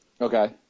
okay